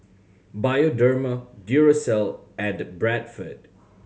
Bioderma Duracell and Bradford